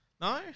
No